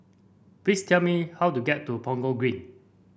please tell me how to get to Punggol Green